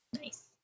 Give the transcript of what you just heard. Nice